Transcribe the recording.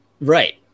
right